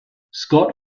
scott